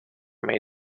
may